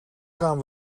gaan